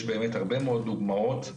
יש הרבה מאוד דוגמאות.